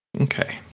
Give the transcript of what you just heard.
Okay